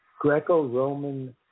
Greco-Roman